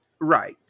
Right